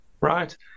right